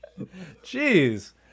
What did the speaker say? jeez